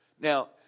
Now